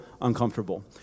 uncomfortable